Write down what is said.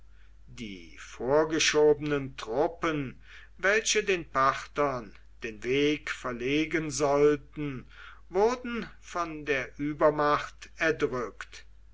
die vorgeschobenen truppen welche den parthern den weg verlegen sollten wurden von der übermacht erdrückt